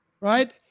right